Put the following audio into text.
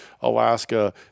Alaska